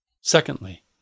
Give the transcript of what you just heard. Secondly